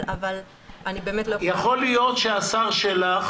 יכול להיות שהשר שלך